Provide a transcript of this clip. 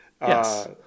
Yes